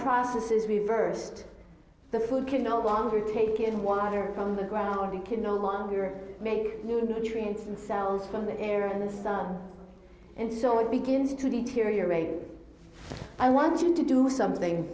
process is reversed the food can no longer take in water from the ground it can no longer make a difference in cells from the air in the sun and so it begins to deteriorate i want you to do something